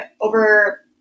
over